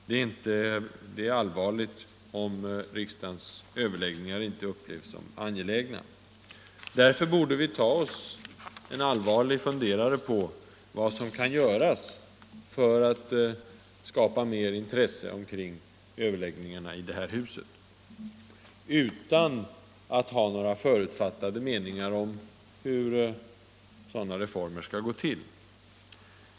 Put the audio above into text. Det är allvarligt om riksdagens överläggningar inte upplevs som angelägna. Vi borde därför ta oss en allvarlig funderare på vad som kan göras för att skapa mer intresse kring överläggningarna i detta hus, utan att ha några förutfattade meningar om hur sådana reformer skall gå till.